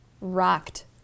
rocked